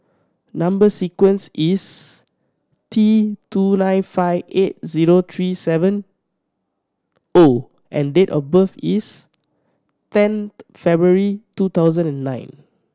number sequence is T two nine five eight zero three seven O and date of birth is tenth February two thousand and nine